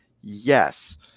Yes